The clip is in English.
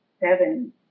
seven